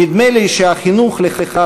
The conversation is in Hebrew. נדמה לי שהחינוך לכך,